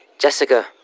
Jessica